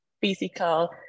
physical